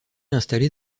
installée